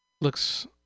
Looks